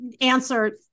answer